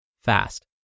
fast